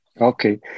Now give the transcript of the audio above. okay